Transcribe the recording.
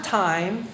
time